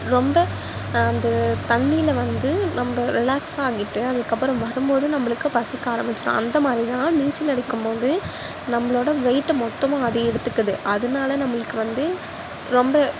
ரொம்ப அது தண்ணியில் வந்து நம்ம ரிலாக்ஸ் ஆகிட்டு அதுக்கப்புறோம் வரும்போது நம்பளுக்கு பசிக்க ஆரம்பிச்சுடும் அந்தமாரிதான் நீச்சல் அடிக்கும்போது நம்மளோடய வெயிட் மொத்தமும் அது எடுத்துக்குது அதனால நம்மளுக்கு வந்து ரொம்ப